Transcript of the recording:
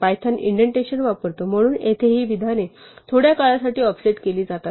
Python indentation वापरतो म्हणून येथे ही विधाने थोड्या काळासाठी ऑफसेट केली जातात